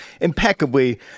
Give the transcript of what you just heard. impeccably